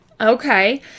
Okay